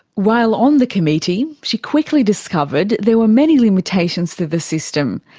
while on the committee, she quickly discovered there were many limitations to the system.